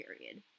period